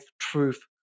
truth